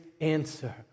answer